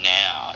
now